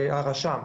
הרשם.